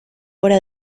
obra